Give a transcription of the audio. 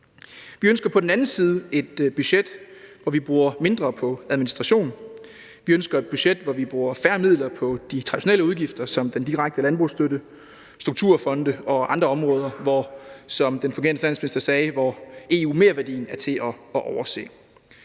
Vi ønsker på den anden side et budget, hvor vi bruger mindre på administration. Vi ønsker et budget, hvor vi bruger færre midler på de traditionelle udgifter som den direkte landbrugsstøtte, strukturfonde og andre områder, hvor – som den fungerende